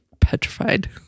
petrified